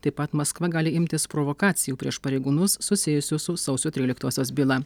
taip pat maskva gali imtis provokacijų prieš pareigūnus susijusius su sausio tryliktosios byla